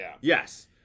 Yes